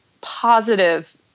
positive